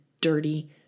dirty